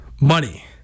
Money